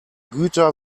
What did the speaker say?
güter